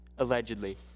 Allegedly